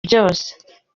byose